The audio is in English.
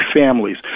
families